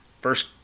first